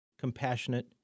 compassionate